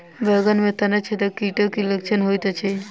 बैंगन मे तना छेदक कीटक की लक्षण होइत अछि?